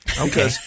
okay